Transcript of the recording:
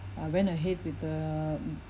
I went ahead with the